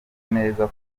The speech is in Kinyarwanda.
neza